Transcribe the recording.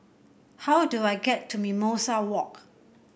how do I get to Mimosa Walk